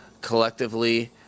collectively